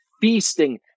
feasting